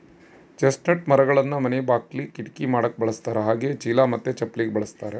chestnut ಮರಗಳನ್ನ ಮನೆ ಬಾಕಿಲಿ, ಕಿಟಕಿ ಮಾಡಕ ಬಳಸ್ತಾರ ಹಾಗೆಯೇ ಚೀಲ ಮತ್ತೆ ಚಪ್ಪಲಿಗೆ ಬಳಸ್ತಾರ